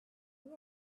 you